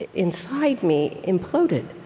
inside me, imploded.